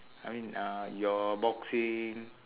I mean uh your boxing